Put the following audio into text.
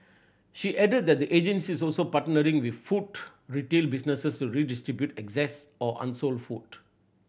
she added that the agency is also partnering with food retail businesses to redistribute excess or unsold food